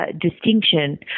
distinction